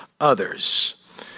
others